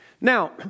Now